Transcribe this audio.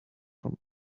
from